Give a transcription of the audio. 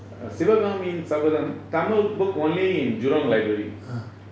sivakamiyin sabatham tamil book only in jurong library